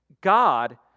God